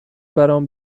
برام